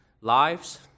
lives